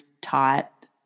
taught